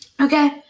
Okay